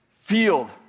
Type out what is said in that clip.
field